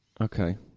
Okay